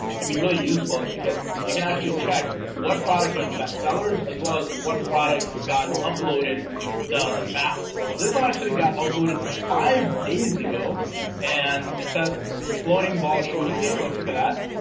um can be really useful is because you can actually check what products are the best sellers as well as what products got uploaded the the fastest so this one actually got uploaded five days ago and it says floating ball shooting game. let's look at that